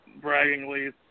braggingly